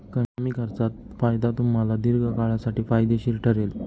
कमी खर्चात फायदा तुम्हाला दीर्घकाळासाठी फायदेशीर ठरेल